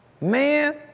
Man